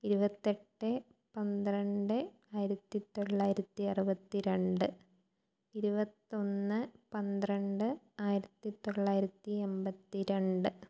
ഇരുപത്തി എട്ട് പന്ത്രണ്ട് ആയിരത്തി തൊള്ളായിരത്തി അറുപത്തി രണ്ട് ഇരുപത്തി ഒന്ന് പന്ത്രണ്ട് ആയിരത്തി തൊള്ളായിരത്തി എൺപത്തി രണ്ട്